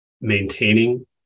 maintaining